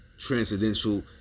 transcendental